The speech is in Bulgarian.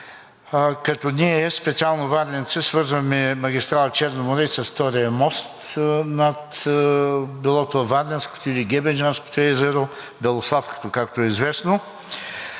като ние, специално варненци, свързваме магистрала „Черно море“ с втория мост над било то Варненското или Гебедженското езеро, Белославското както е известно,